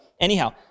anyhow